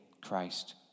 Christ